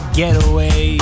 getaway